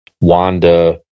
Wanda